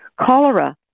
cholera